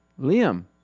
Liam